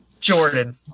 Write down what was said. Jordan